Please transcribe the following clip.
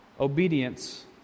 obedience